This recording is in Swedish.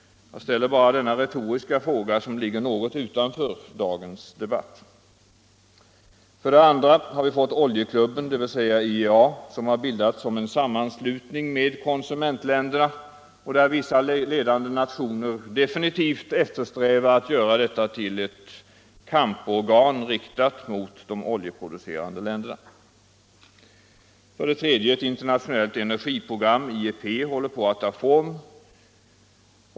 Jag ställer bara denna retoriska fråga, som ligger något utanför dagens debatt. 2. Oljeklubben, dvs. IEA, har bildats som en sammanslutning mellan — Nr 40 k a Viss 3 Så 5 onsumentländerna. Vissa ledande nationer eftersträvar att göra denna Onsdagen den till ett kamporgan riktat mot de oljeproducerande länderna. 19:riars "1975 3. Ett internationellt energiprogram, IEP, håller på att ta form.